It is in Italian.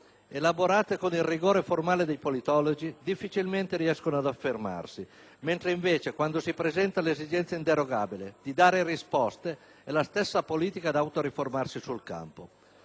elaborate con il rigore formale dei politologi, difficilmente riescono ad affermarsi, mentre invece quando si presenta l'esigenza inderogabile di dare risposte è la stessa politica ad autoriformarsi sul campo.